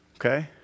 Okay